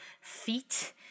feet